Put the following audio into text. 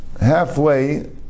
halfway